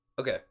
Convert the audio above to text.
Okay